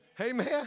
Amen